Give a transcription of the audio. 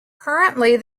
currently